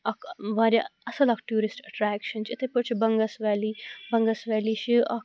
اَکھ واریاہ اَصٕل اَکھ ٹیٚورِسٹ اَٹریکشَن چھِ یِتھے پٲٹھۍ چھِ بَنٛگَس ویلِی بَںٛگَس ویلِی چھِ اَکھ